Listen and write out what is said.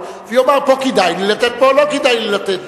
ויאמר: פה כדאי לי לתת ופה לא כדאי לי לתת.